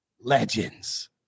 legends